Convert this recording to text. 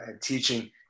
teaching